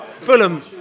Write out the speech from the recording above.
Fulham